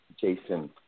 Jason